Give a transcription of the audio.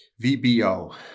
VBO